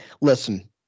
listen